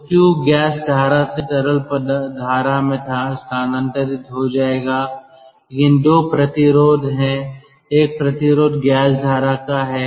तो Q gas धारा से तरल धारा में स्थानांतरित हो जाएगा लेकिन 2 प्रतिरोध हैं एक प्रतिरोध गैस धारा का है